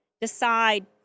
Decide